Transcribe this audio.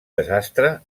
desastre